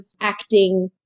acting